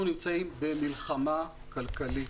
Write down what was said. אנחנו נמצאים במלחמה כלכלית,